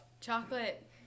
Chocolate